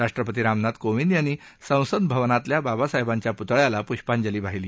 राष्ट्रपती रामनाथ कोविंद यांनी संसद भवनातल्या बाबासाहेबांच्या पुतळ्याला पुष्पांजली वाहिली